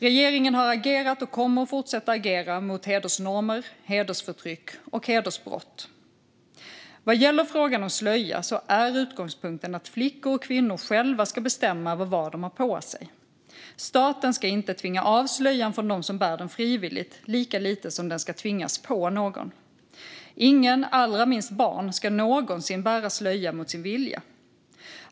Regeringen har agerat och kommer att fortsätta agera mot hedersnormer, hedersförtryck och hedersbrott. Vad gäller frågan om slöja är utgångspunkten att flickor och kvinnor själva ska få bestämma vad de har på sig. Staten ska inte tvinga av slöjan från dem som bär den frivilligt, och lika lite ska den tvingas på någon. Ingen - allra minst barn - ska någonsin bära slöja mot sin vilja.